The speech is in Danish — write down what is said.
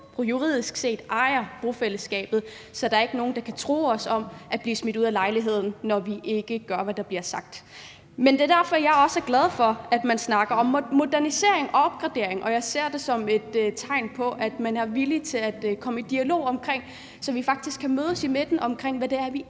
juridisk set ejer bofællesskabet, så der ikke er nogen, der kan true os med at smide os ud af lejligheden, når vi ikke gør, hvad der bliver sagt. Det er derfor, jeg også er glad for, at man snakker om modernisering og opgradering, og jeg ser det som et tegn på, at man er villig til at komme i dialog omkring det, så vi faktisk kan mødes på midten, i forhold til hvad det er, vi